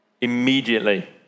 Immediately